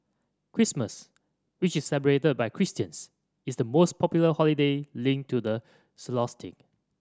Christmas which is celebrated by Christians is the most popular holiday linked to the solstice